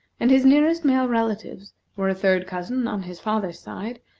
and his nearest male relatives were a third cousin on his father's side,